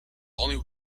only